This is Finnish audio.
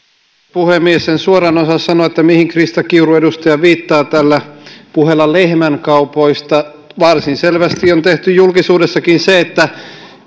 puhemies en suoraan osaa sanoa mihin edustaja krista kiuru viittaa tällä puheella lehmänkaupoista varsin selväksi on tehty julkisuudessakin se että